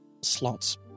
slots